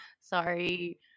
sorry